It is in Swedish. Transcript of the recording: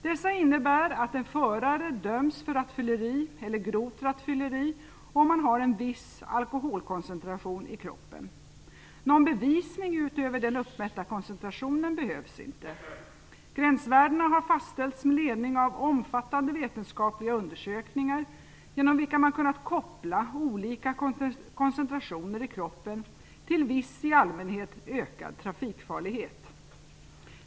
Dessa innebär att en förare döms för rattfylleri eller grovt rattfylleri om han har en viss alkoholkoncentration i kroppen. Någon bevisning utöver den uppmätta koncentrationen behövs inte. Gränsvärdena har fastställts med ledning av omfattande vetenskapliga undersökningar genom vilka man kunnat koppla olika koncentrationer i kroppen till viss i allmänhet ökad trafikfarlighet.